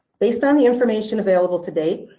based on the information available to date,